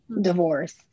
divorce